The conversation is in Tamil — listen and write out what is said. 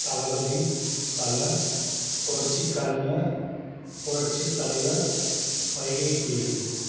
தளபதி தல புரட்சிக் கலைஞர் புரட்சித் தலைவர் வைகைப்புயல்